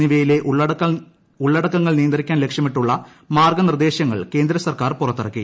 എന്നിവയിലെ ഉള്ളടക്കങ്ങൾ നിയന്ത്രിക്കാൻ ലക്ഷ്യമിട്ടുള്ള മാർഗ്ഗനിർദ്ദേശങ്ങൾ കേന്ദ്ര സർക്കാർ പുറത്തിറക്കി